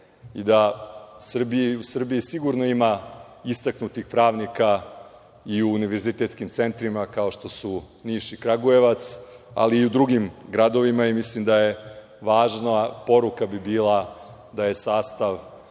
i da u Srbiji sigurno ima istaknutih pravnika i u univerzitetskim centrima kao što su Niš i Kragujevac, ali i u drugim gradovima. Mislim da bi važna poruka bila da je sastav